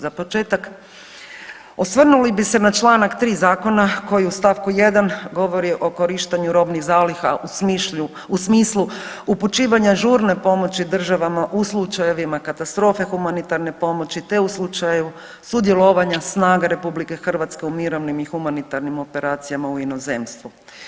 Za početak osvrnuli bi se na čl. 3. zakona koji u st. 1. govori o korištenju robnih zaliha u smislu upućivanja žurne pomoći državama u slučajevima katastrofe humanitarne pomoći, te u slučaju sudjelovanja snaga RH u mirovnim i humanitarnim operacijama u inozemstvu.